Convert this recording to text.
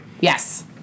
yes